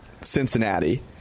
cincinnati